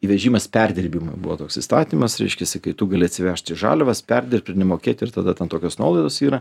įvežimas perdirbimui buvo toks įstatymas reiškiasi kai tu gali atsivežti žaliavas perdirbti ir nemokėti ir tada tokios nuolaidos yra